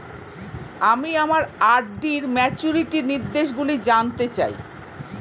আমি আমার আর.ডি র ম্যাচুরিটি নির্দেশগুলি জানতে চাই